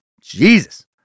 Jesus